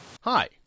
Hi